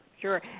Sure